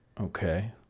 Okay